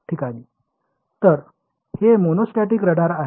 तर हे monostatic radar आहे